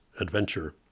adventure